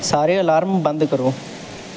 ਸਾਰੇ ਅਲਾਰਮ ਬੰਦ ਕਰੋ